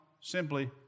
simply